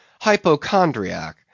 hypochondriac